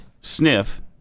Sniff